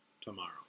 tomorrow